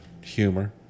humor